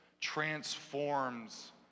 transforms